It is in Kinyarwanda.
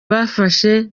bafashe